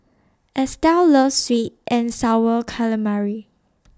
Estell loves Sweet and Sour Calamari